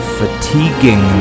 fatiguing